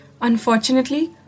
Unfortunately